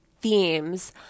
themes